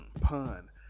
pun